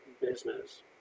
business